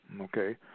Okay